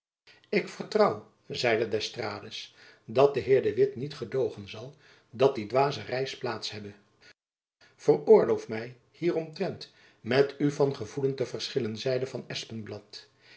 ik vertrouw zeide d'estrades dat de heer de witt niet gedoogen zal dat die dwaze reis plaats hebbe veroorloof my hieromtrent met u van gevoelen te verschillen zeide van